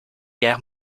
guerre